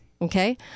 Okay